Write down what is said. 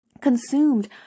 consumed